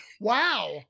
wow